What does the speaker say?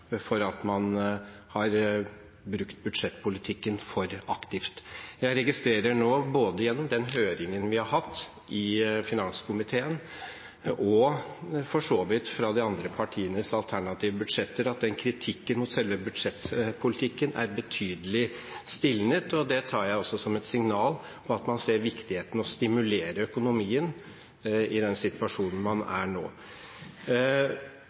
for at man brukte budsjettpolitikken for aktivt. Jeg registrerer nå, både gjennom den høringen vi har hatt i finanskomiteen, og for så vidt gjennom de andre partienes alternative budsjetter, at kritikken mot selve budsjettpolitikken er betydelig stilnet. Det tar jeg også som et signal på at man ser viktigheten av å stimulere økonomien i den situasjonen man er i nå.